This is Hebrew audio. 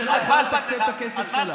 הממשלה יכולה לתקצב את הכסף שלה.